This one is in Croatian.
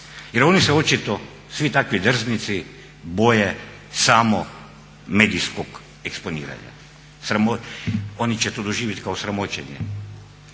jer oni se očito svi takvi drznici boje samo medijskog eksponiranja. Oni će to doživjeti kao sramoćenje.